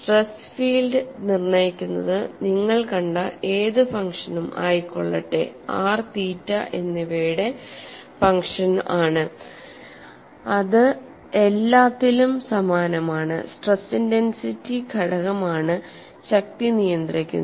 stress field നിർണ്ണയിക്കുന്നത് നിങ്ങൾ കണ്ട ഏത് ഫംഗ്ഷൻ ആയിക്കൊള്ളട്ടെ r തീറ്റ എന്നിവയുടെ ഫങ്ഷൻ ആണ് അത് എല്ലാത്തിലും സമാനമാണ് സ്ട്രെസ് ഇന്റെൻസിറ്റി ഘടകമാണ് ശക്തി നിയന്ത്രിക്കുന്നത്